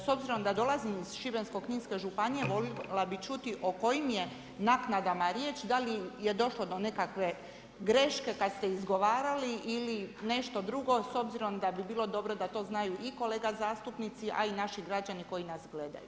S obzirom da dolazim iz Šibensko-kninske županije volila bih čuti o kojim je naknadama riječ, da li je došlo do nekakve greške kada ste izgovarali ili nešto drugo, s obzirom da bi bilo dobro da to znaju i kolega zastupnici, a i naši građani koji nas gledaju.